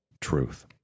truth